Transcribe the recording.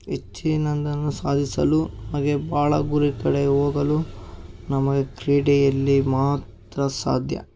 ಹೆಚ್ಚಿನದನ್ನು ಸಾಧಿಸಲು ಹಾಗೆ ಭಾಳ ಗುರಿ ಕಡೆ ಹೋಗಲು ನಮಗೆ ಕ್ರೀಡೆಯಲ್ಲಿ ಮಾತ್ರ ಸಾಧ್ಯ